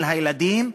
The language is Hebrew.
של הילדים,